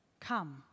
Come